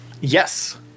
Yes